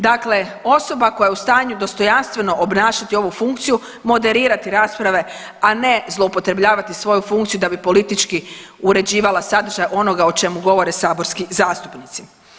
Dakle, osoba koja je u stanju dostojanstveno obnašati ovu funkciju, moderirati rasprave, a ne zloupotrebljavati svoju funkciju da bi politički uređivala sadržaj onoga o čemu govore saborski zastupnici.